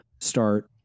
start